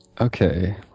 Okay